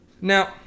Now